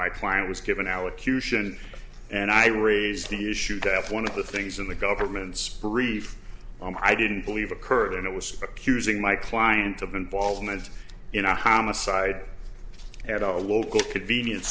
my client was given allocution and i raised the issue that one of the things in the government's brief i didn't believe occurred and it was accusing my client of involvement in a homicide at our local convenience